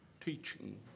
teaching